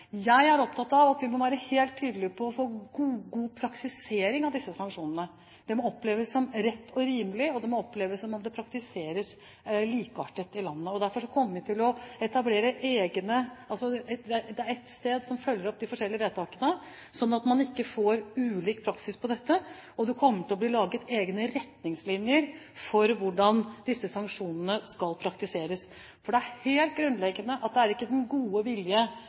Jeg er opptatt av at vi må være helt tydelige på å få god praktisering av disse sanksjonene. Det må oppleves som rett og rimelig, og det må oppleves som at de praktiseres likeartet i landet. Derfor kommer vi til å etablere ett sted som følger opp de enkelte vedtakene, slik at man ikke får ulik praksis på dette. Det kommer til å bli laget egne retningslinjer for hvordan disse sanksjonene skal praktiseres. For det er helt grunnleggende at det ikke er den gode vilje,